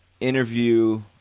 interview